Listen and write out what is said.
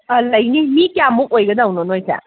ꯑꯥ ꯂꯩꯅꯤ ꯃꯤ ꯀꯌꯥꯃꯨꯛ ꯑꯣꯏꯒꯗꯕꯅꯣ ꯅꯣꯏꯁꯦ